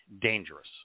dangerous